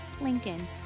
Lincoln